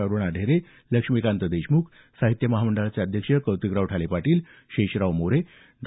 अरुणा ढेरे लक्ष्मीकांत देशमुख साहित्य महामंडळाचे अध्यक्ष कौतिकराव ठाले पाटील शेषराव मोरे डॉ